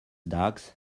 dogs